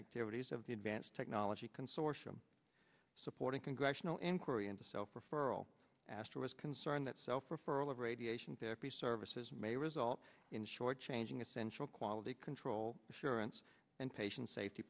activities of the advanced technology consortium supporting congressional inquiry into self referral aster was concerned that self referral of radiation therapy services may result in shortchanging essential quality control assurance and patient safety